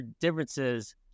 differences